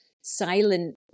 silent